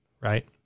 right